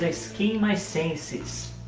like skin my senses